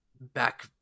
back